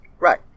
right